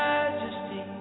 Majesty